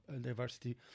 diversity